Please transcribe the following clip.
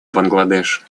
бангладеш